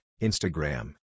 Instagram